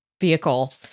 vehicle